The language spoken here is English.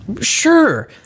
Sure